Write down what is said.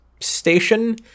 station